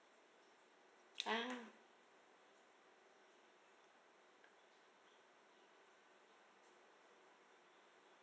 ah